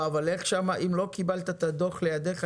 אם לא קיבלת את הדוח לידיך.